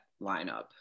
lineup